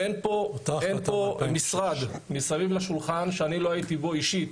אין פה משרד מסביב לשולחן שאני לא הייתי בו אישית,